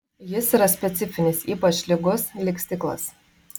jis yra specifinis ypač lygus lyg stiklas